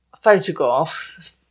photographs